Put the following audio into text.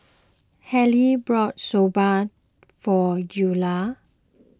Harlen bought Soba for Eula